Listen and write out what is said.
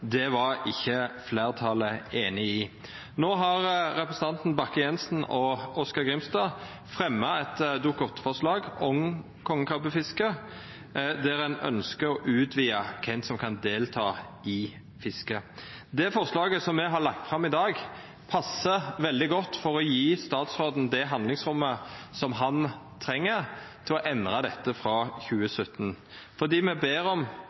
det var ikkje fleirtalet einig i. No har representantane Frank Bakke-Jensen og Oskar J. Grimstad fremja eit Dokument-8 forslag om kongekrabbefisket, der ein ønskjer å utvida kven som kan delta i fisket. Det forslaget som me har lagt fram i dag, passar veldig godt for å gje statsråden det handlingsrommet han treng for å endra dette frå 2017, fordi vi ber regjeringa om